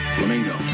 Flamingo